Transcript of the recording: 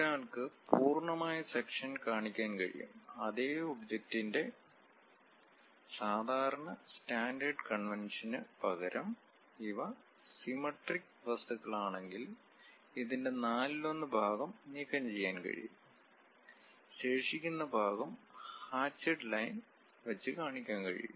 ഒരാൾക്ക് പൂർണമായ സെക്ഷൻ കാണിക്കാൻ കഴിയും അതെ ഒബ്ജക്റ്റിന്റെ സാധാരണ സ്റ്റാൻഡേർഡ് കൺവെൻഷന് പകരം ഇവ സിമെട്രിക് വസ്തുക്കളാണെങ്കിൽ ഇതിന്റെ നാലിലൊന്ന് ഭാഗം നീക്കംചെയ്യാൻ കഴിയും ശേഷിക്കുന്ന ഭാഗം ഹാചിഡ് ലൈൻ വെച്ച് കാണിക്കാൻ കഴിയും